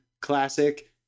classic